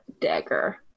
dagger